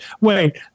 wait